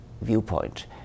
viewpoint